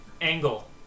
angle